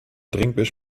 drinkbus